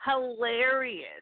hilarious